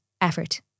effort